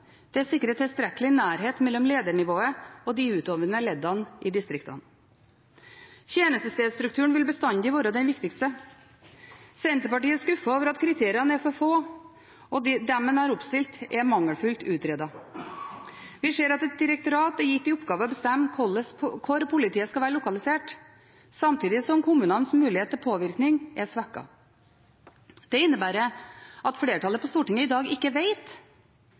Det sikrer tilstrekkelig nærhet mellom ledernivået og de utøvende leddene i distriktene. Tjenestestedstrukturen vil bestandig være den viktigste. Senterpartiet er skuffet over at kriteriene er for få, og de en har oppstilt, er mangelfullt utredet. Vi ser at et direktorat er gitt i oppgave å bestemme hvor politiet skal være lokalisert, samtidig som kommunenes mulighet til påvirkning er svekket. Det innebærer at flertallet på Stortinget i dag ikke